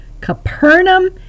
Capernaum